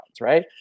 right